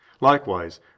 Likewise